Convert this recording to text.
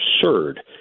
absurd